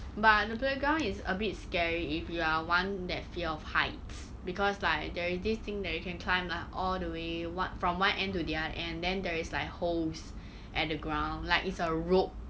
but the playground is a bit scary if you are one that fear of heights because like there is this thing that you can climb li~ all the way wha~ from one end to the other end then there is like holes at the ground like it's a rope